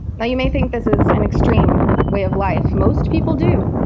now you may think this is an extreme way of life most people do.